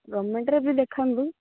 ଗମେଣ୍ଟ୍ରେ ବି ଦେଖାନ୍ତୁ